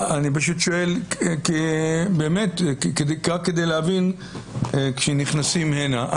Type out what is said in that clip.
אני פשוט שואל באמת רק להבין כשנכנסים הנה.